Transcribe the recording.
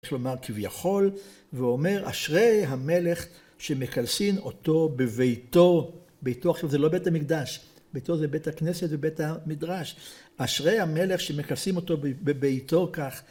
כלומר כביכול, ואומר אשרי המלך שמקלסין אותו בביתו ביתו עכשיו זה לא בית המקדש, ביתו זה בית הכנסת ובית המדרש אשרי המלך שמקלסין אותו בביתו כך